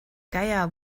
geier